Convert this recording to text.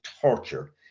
torture